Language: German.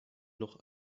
noch